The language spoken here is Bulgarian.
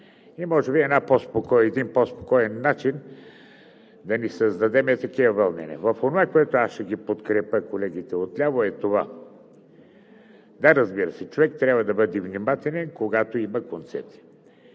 и може би един по-спокоен начин да не създадем такива вълнения. Онова, в което ще подкрепя колегите отляво – да, разбира се, човек трябва да бъде внимателен, когато има концепция.